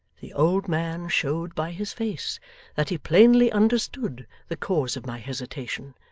the old man showed by his face that he plainly understood the cause of my hesitation,